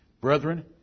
Brethren